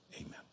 Amen